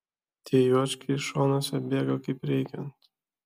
tie juočkiai šonuose bėga kaip reikiant